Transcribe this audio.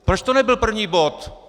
Proč to nebyl první bod?